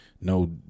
No